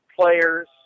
players